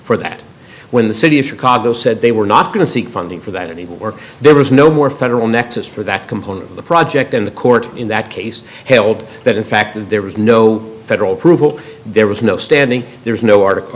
for that when the city of chicago said they were not going to seek funding for that anymore there was no more federal nexus for that component of the project in the court in that case held that in fact there was no federal approval there was no standing there's no article